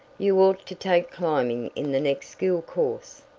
you ought to take climbing in the next school course.